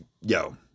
yo